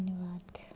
धन्नबाद